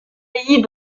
pays